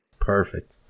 Perfect